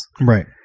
Right